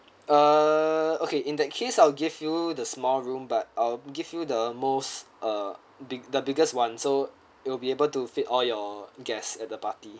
uh okay in that case I'll give you the small room but I'll give you the most uh the the biggest one so it will be able to fit all your guest at the party